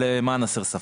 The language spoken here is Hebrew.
אבל למען הסר ספק.